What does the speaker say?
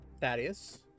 Thaddeus